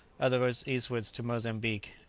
others eastwards to mozambique.